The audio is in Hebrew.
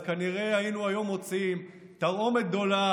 אז כנראה היינו היום מוצאים תרעומת גדולה